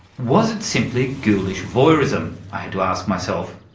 was it simply ghoulish voyeurism, i had to ask myself.